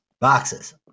boxes